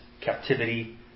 captivity